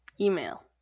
Email